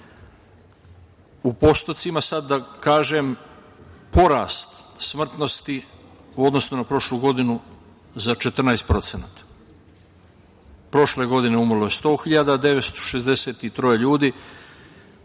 u procentima sad da kažem, porast smrtnosti u odnosu na prošlu godinu za 14%. Prošle godine umrlo je 100.963 ljudi.